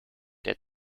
der